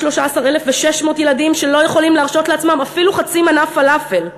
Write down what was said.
713,600 ילדים שלא יכולים להרשות לעצמם אפילו חצי מנה פלאפל.